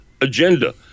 agenda